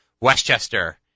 Westchester